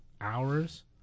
hours